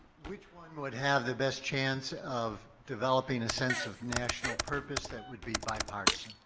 which one would have the best chance of developing a sense of national purpose that would be bipartisan?